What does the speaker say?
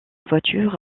voiture